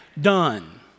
done